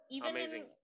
amazing